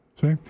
See